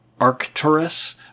Arcturus